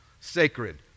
sacred